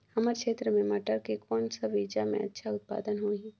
हमर क्षेत्र मे मटर के कौन सा बीजा मे अच्छा उत्पादन होही?